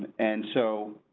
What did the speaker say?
and so,